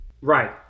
Right